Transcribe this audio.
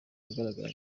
ahagaragara